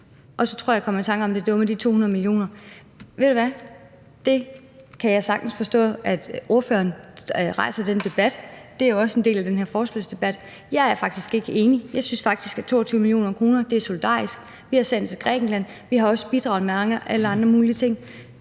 i. Så tror jeg, at jeg kom i tanke om det andet med de 22 mio. kr. Ved du hvad? Jeg kan sagtens forstå, at ordføreren rejser den debat. Det er også en del af den her forespørgselsdebat. Jeg er faktisk ikke enig. Jeg synes faktisk, at det at sende 22 mio. kr. er solidarisk. Vi har sendt dem til Grækenland. Vi har også bidraget med alle mulige andre ting.